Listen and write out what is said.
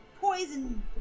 poison